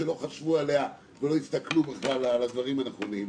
אך לא חשבו עליה ולא הסתכלו כלל על הדברים הנכונים.